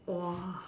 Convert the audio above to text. !whoa!